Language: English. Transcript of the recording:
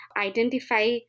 identify